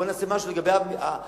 בוא נעשה משהו לגבי המסתננים.